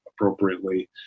appropriately